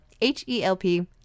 H-E-L-P